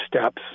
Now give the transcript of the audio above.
steps